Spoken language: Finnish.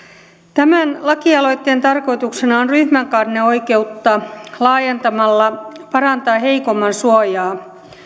tämän lakialoitteen tarkoituksena on ryhmäkanneoikeutta laajentamalla parantaa heikomman suojaa